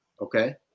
Okay